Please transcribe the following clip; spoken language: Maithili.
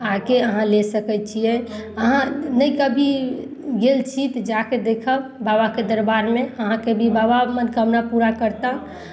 अहाँकेँ अहाँ लए सकै छियै अहाँ नहि कभी गेल छी तऽ जा कऽ देखब बाबाके दरबारमे अहाँके भी बाबा मनोकामना पूरा करताह